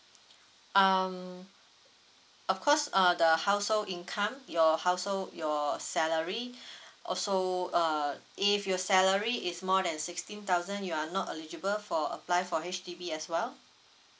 um of course uh the household income your househld your salary also uh if your salary is more than sixteen thousand you are not eligible for apply for H_D_B as well